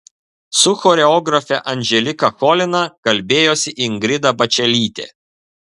su choreografe anželika cholina kalbėjosi ingrida bačelytė